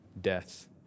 death